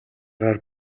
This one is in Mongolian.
гар